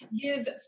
give